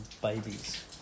babies